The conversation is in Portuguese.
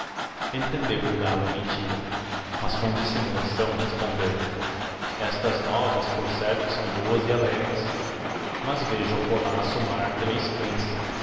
dia enlendeoo gallo a mentira mas com dissimulação respondeo estas novas por certo são boas e alegres mas vejo acolá assomar três cães